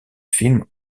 film